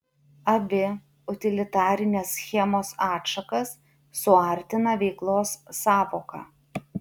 abi utilitarinės schemos atšakas suartina veiklos sąvoka